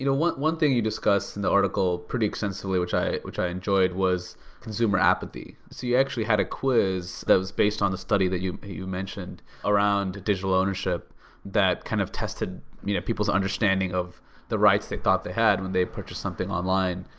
you know one one thing you discussed in the article pretty extensively which i which i enjoyed was consumer apathy. so you actually had a quiz that was based on the study that you you mentioned around digital ownership that kind of tested people's understanding of the rights they thought they had when they purchase something online.